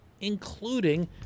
including